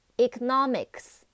Economics